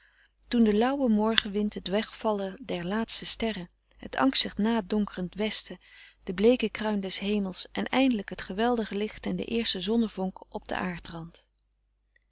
toen de lauwe morgenwind het wegvallen der laatste sterren het angstig na donkerend westen de bleeke kruin des hemels en eindelijk het geweldige licht en de eerste zonnevonk op den